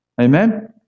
amen